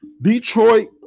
Detroit